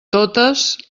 totes